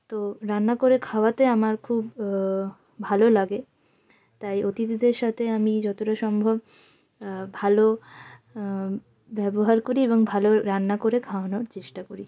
তো রান্না করে খাওয়াতে আমার খুব ভালো লাগে তাই অতিথিদের সাথে আমি যতটা সম্ভব ভালো ব্যবহার করি এবং ভালো রান্না করে খাওয়ানোর চেষ্টা করি